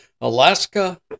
Alaska